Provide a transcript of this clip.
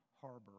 harbor